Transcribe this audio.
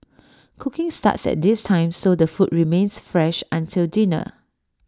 cooking starts at this time so the food remains fresh until dinner